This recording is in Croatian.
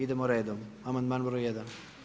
Idemo redom, amandman broj 1.